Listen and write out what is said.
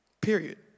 Period